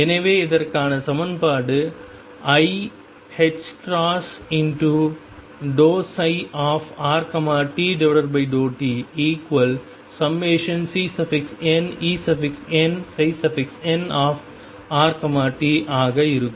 எனவே இதற்கான சமன்பாடு iℏ∂ψrt∂t∑CnEnnrt ஆக இருக்கும்